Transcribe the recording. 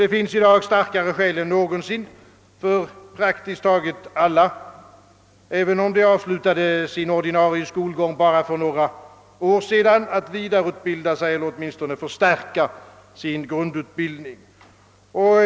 Det finns i dag starkare skäl än någonsin för praktiskt taget alla människor — även för dem som avslutade sin ordinarie skolgång för bara några år sedan — att vidareutbilda sig eller åtminstone att förstärka sin grundutbildning.